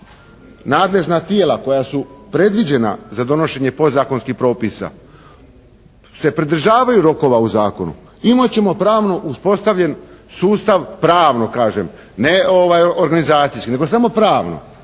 nadležna tijela koja su predviđena za donošenje podzakonskih propisa se pridržavaju rokova u zakonu, imat ćemo pravno uspostavljen sustav, pravno kažem, ne organizacijski, nego samo pravno.